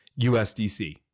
USDC